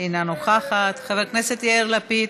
אינה נוכחת, חבר הכנסת יאיר לפיד,